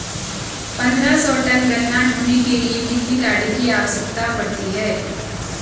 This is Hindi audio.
पन्द्रह सौ टन गन्ना ढोने के लिए कितनी गाड़ी की आवश्यकता पड़ती है?